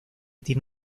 tiene